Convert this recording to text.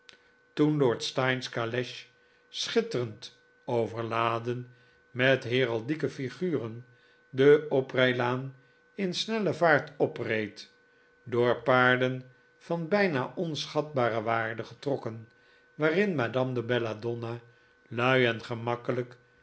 toen lord steyne's caleche schitterend overladen met heraldieke flguren de oprijlaan in snelle vaart opreed door paarden van bijna onschatbare waarde getrokken waarin madame de belladonna lui en gemakkelijk